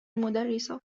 مدرسة